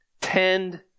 tend